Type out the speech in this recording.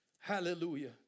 hallelujah